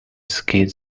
skid